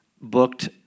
booked